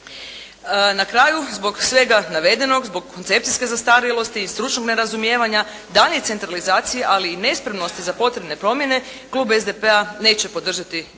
Na kraju, zbog svega navedenog, zbog koncepcijske zastarjelosti i stručnog nerazumijevanja, daljnjoj centralizaciji, ali i nespremnosti za potrebne promjene, klub SDP-a neće podržati donošenje